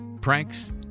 pranks